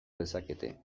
lezakete